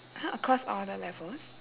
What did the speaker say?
!huh! across all the levels